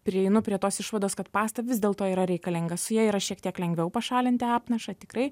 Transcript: prieinu prie tos išvados kad pasta vis dėlto yra reikalinga su ja yra šiek tiek lengviau pašalinti apnašą tikrai